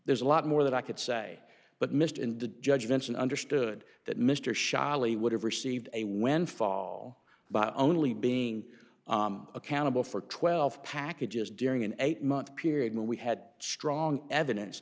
there's a lot more that i could say but missed in the judgments and understood that mr shyly would have received a windfall by only being accountable for twelve packages during an eight month period when we had strong evidence